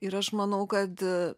ir aš manau kad